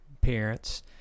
parents